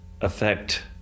affect